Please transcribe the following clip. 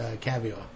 caviar